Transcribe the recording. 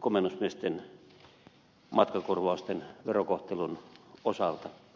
komennusmiesten matkakorvausten verokohtelun osalta